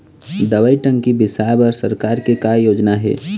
दवई टंकी बिसाए बर सरकार के का योजना हे?